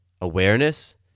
awareness